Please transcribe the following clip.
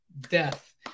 death